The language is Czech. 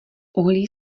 uhlí